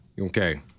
Okay